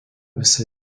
visa